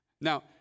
Now